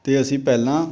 ਅਤੇ ਅਸੀਂ ਪਹਿਲਾਂ